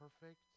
perfect